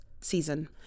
season